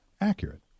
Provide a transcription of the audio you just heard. accurate